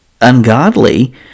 ungodly